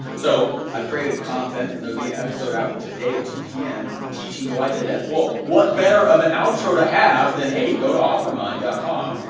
so i've created the content and there'll be an episode out today at two pm teaching how i did that. well what better of an outro to have than hey got to offermind dot com,